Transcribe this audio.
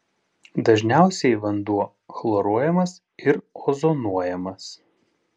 dažniausiai vanduo chloruojamas ir ozonuojamas